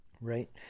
right